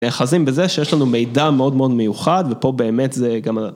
נאחזים בזה שיש לנו מידע מאוד מאוד מיוחד ופה באמת זה גם.